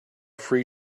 free